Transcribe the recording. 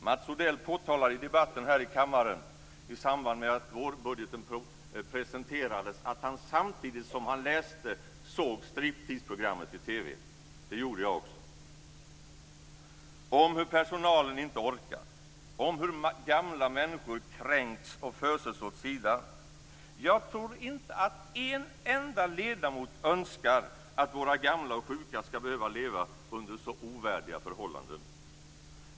Mats Odell påtalade i debatten här i kammaren i samband med att vårbudgeten presenterades att han samtidigt som han läste den såg programmet Striptease i TV - och det gjorde jag också - om hur personalen inte orkar, om hur gamla människor kränks och föses åt sidan. Jag tror inte att en enda ledamot önskar att våra gamla och sjuka skall behöva leva under så ovärdiga förhållanden.